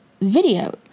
video